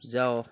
ଯାଅ